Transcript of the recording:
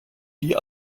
die